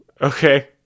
Okay